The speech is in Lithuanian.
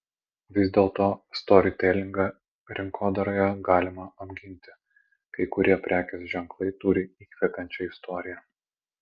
vis dėlto storytelingą rinkodaroje galima apginti kai kurie prekės ženklai turi įkvepiančią istoriją